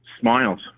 Smiles